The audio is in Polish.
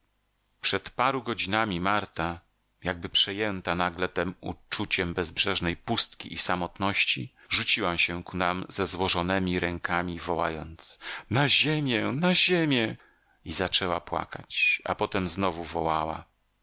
przed paru godzinami marta jakby przejęta nagle tem uczuciem bezbrzeżnej pustki i samotności rzuciła się ku nam ze złożonemi rękami wołając na ziemię na ziemię i zaczęła płakać a potem znowu wołała